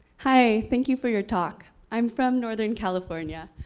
hi, thank you for your talk. i'm from northern california.